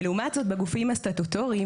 ולעומת זאת, בגופים הסטטוטוריים,